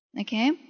Okay